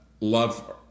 love